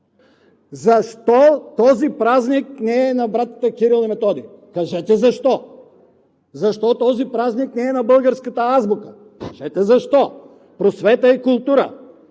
Защо този празник не е на братята Кирил и Методий? Кажете защо. Защо този празник не е на българската азбука? Кажете защо. Просвета и култура?